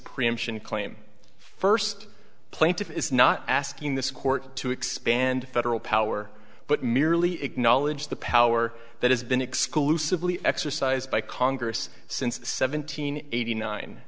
preemption claim first plaintiff is not asking this court to expand federal power but merely acknowledge the power that has been exclusively exercised by congress since seventeen eighty nine